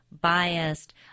biased